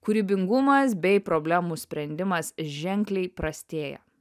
kūrybingumas bei problemų sprendimas ženkliai prastėja